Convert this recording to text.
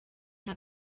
nta